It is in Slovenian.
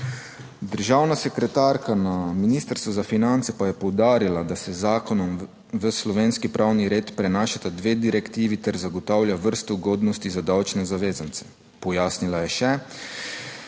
Državna sekretarka na Ministrstvu za finance pa je poudarila, da se z zakonom v slovenski pravni red prenašata dve direktivi ter zagotavlja vrsto ugodnosti za davčne zavezance. Pojasnila je še,